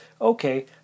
okay